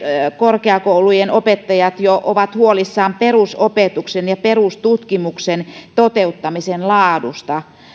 korkeakoulujen opettajat jo ovat huolissaan perusopetuksen ja perustutkimuksen toteuttamisen laadusta